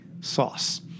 sauce